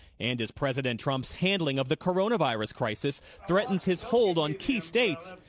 and as president trump's handling of the coronavirus crisis threatens his hold on key states,